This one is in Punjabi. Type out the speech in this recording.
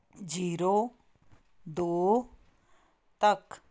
ਜੀਰੋ ਦੋ ਤੱਕ